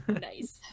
Nice